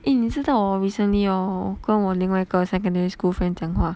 eh 你知道 hor recently hor 我跟我另外一个 secondary school friend 讲话